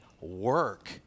work